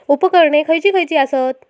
उपकरणे खैयची खैयची आसत?